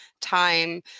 time